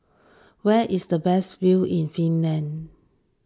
where is the best view in Finland